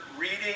reading